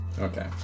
Okay